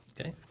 Okay